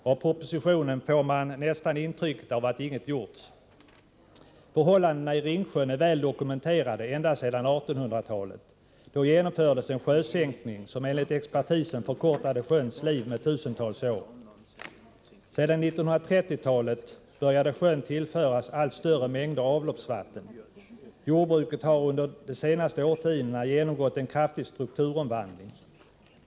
Av propositionen får man nästan intrycket att inget har gjorts. Förhållandena i Ringsjön är väl dokumenterade ända sedan 1800-talet. Då genomfördes en sjösänkning som enligt expertisen förkortade sjöns liv med tusentals år. På 1930-talet började sjön tillföras allt större mängder avloppsvatten. Jordbruket har under de senaste årtiondena genomgått en kraftigstrukturomvandling.